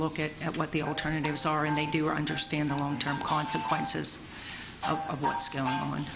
look at what the alternatives are and they do understand the long term consequences of what's